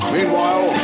Meanwhile